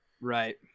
Right